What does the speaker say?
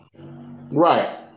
Right